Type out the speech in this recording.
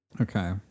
okay